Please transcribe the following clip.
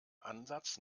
ansatz